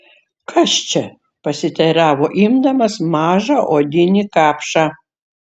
kas čia pasiteiravo imdamas mažą odinį kapšą